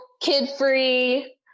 kid-free